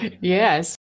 yes